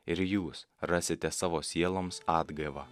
ir jūs rasite savo sieloms atgaivą